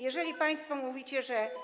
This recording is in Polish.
Jeżeli państwo mówicie, że.